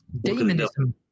demonism